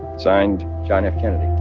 signed, john f. kennedy